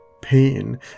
pain